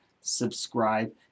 subscribe